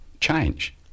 change